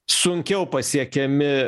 sunkiau pasiekiami